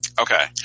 Okay